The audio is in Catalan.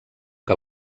que